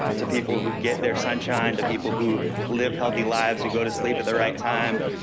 to people who get their sunshine, to people who live healthy lives, who go to sleep at the right time,